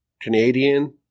Canadian